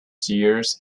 seers